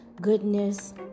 goodness